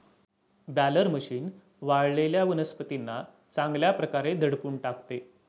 baler machine वाळलेल्या वनस्पतींना चांगल्या प्रकारे दडपून टाकते